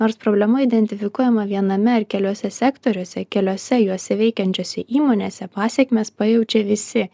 nors problema identifikuojama viename ar keliuose sektoriuose keliuose juose veikiančiose įmonėse pasekmes pajaučia visi